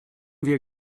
wir